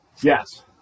Yes